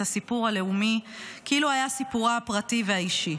הסיפור הלאומי כאילו היה סיפורה הפרטי והאישי.